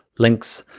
links.